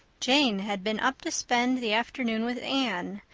jane had been up to spend the afternoon with anne,